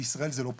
בישראל זה לא פשוט,